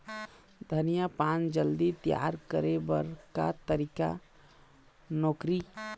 धनिया पान जल्दी तियार करे बर का तरीका नोकरी?